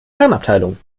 herrenabteilung